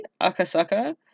Akasaka